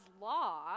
law